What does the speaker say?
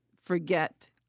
forget